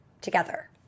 together